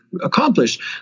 accomplished